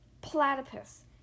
Platypus